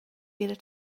better